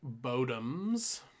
Bodum's